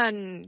One